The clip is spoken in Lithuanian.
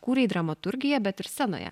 kūrei dramaturgiją bet ir scenoje